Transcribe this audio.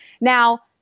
Now